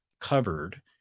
covered